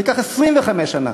זה ייקח 25 שנה,